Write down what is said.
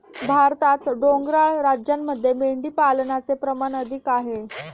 भारतात डोंगराळ राज्यांमध्ये मेंढीपालनाचे प्रमाण अधिक आहे